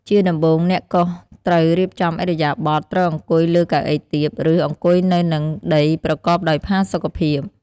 ជាដំបូងអ្នកកោសត្រូវរៀបចំឥរិយាបថ ត្រូវអង្គុយលើកៅអីទាប ឬ អង្គុយនៅនឹងដីប្រកបដោយផាសុកភាព។